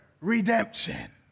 redemption